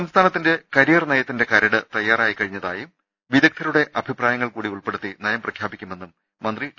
സംസ്ഥാനത്തിന്റെ കരിയർനയത്തിന്റെ കരട് തയ്യാറായിക്കഴിഞ്ഞ തായും വിദഗ്ധരുടെ അഭിപ്രായങ്ങൾകൂടി ഉൾപ്പെടുത്തി നയം പ്രഖ്യാ പിക്കുമെന്നും മന്ത്രി ടി